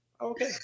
okay